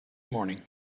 morning